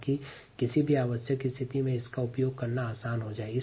ताकि किसी भी आवश्यक स्थिति में इसका उपयोग करना आसान हो जाए